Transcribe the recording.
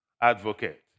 advocate